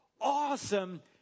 awesome